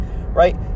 right